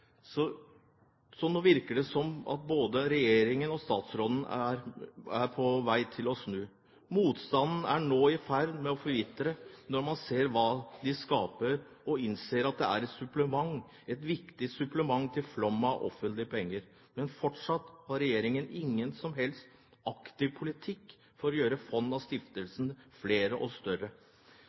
som om både regjeringen og statsråden er på vei til å snu. Motstanden er nå i ferd med å forvitre, når man ser hva bidragene skaper, og man innser at det er et viktig supplement til flommen av offentlige penger. Men fortsatt har regjeringen ingen som helst aktiv politikk for å gjøre fondene og stiftelsene flere og større.